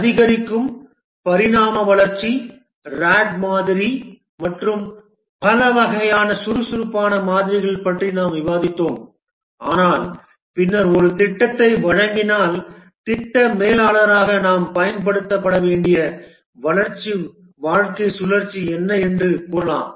அதிகரிக்கும் பரிணாம வளர்ச்சி ராட் மாதிரி மற்றும் பல வகையான சுறுசுறுப்பான மாதிரிகள் பற்றி நாங்கள் விவாதித்தோம் ஆனால் பின்னர் ஒரு திட்டத்தை வழங்கினால் திட்ட மேலாளராக நாம் பயன்படுத்த வேண்டிய வளர்ச்சி வாழ்க்கைச் சுழற்சி என்ன என்று கூறலாம்